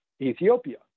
Ethiopia